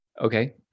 Okay